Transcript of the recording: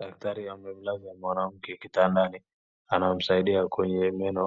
Daktari amemlaza mwanamke kitandani, anamsaidia kwenye meno